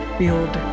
build